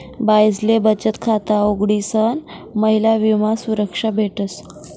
बाईसले बचत खाता उघडीसन महिला विमा संरक्षा भेटस